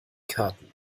karten